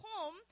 home